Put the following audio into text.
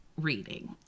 reading